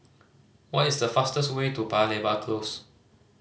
what is the fastest way to Paya Lebar Close